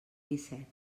disset